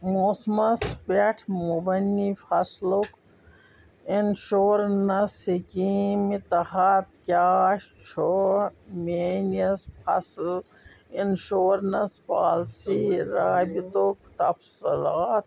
موسمَس پٮ۪ٹھ مبنی فصلُک انشوریٚنٕس سکیٖمہِ تحت کیٛاہ چھُ میٛٲنس فصٕل انشوریٚنٕس پوٛالسی رابِطُک تفصیٖلات